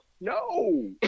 no